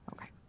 Okay